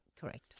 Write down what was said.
Correct